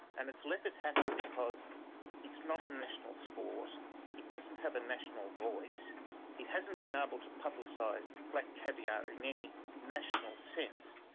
and it's let it happen because it's not a national sport it doesn't have a national voice it hasn't been able to publicise black caviar in any national sense,